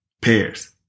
pears